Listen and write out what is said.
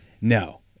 No